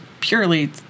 purely